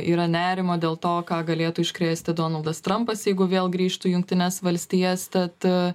yra nerimo dėl to ką galėtų iškrėsti donaldas trampas jeigu vėl grįžtų į jungtines valstijas tad